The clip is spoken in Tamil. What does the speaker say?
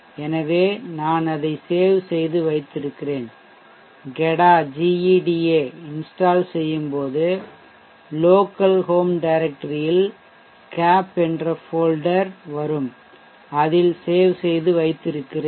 எனவே நான் அதை save செய்து வைத்திருக்கிறேன் GEDA install செய்யும்போது local home directory இல் cap என்ற ஃபோல்டர் வரும் அதில் save செய்து வைத்திருக்கிறேன்